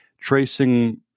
tracing